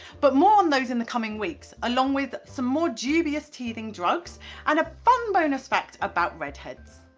but more on those in the coming weeks, along with some more dubious teething drugs and a fun bonus fact about redheads!